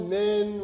men